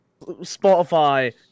Spotify